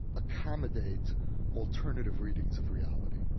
accommodate alternative readings of reality?